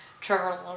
Trevor